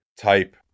type